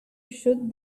shoot